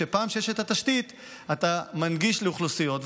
שכשיש את התשתית אתה מנגיש לאוכלוסיות,